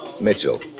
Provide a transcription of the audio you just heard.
Mitchell